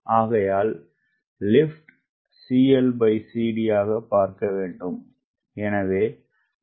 ஆகையால் lift CLCD பார்க்க வேண்டும்